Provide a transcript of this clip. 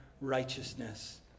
righteousness